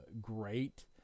great